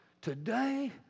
today